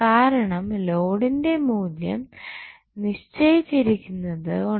കാരണം ലോഡിൻറെ മൂല്യം നിശ്ചയിച്ചിരിക്കുന്നത് കൊണ്ട്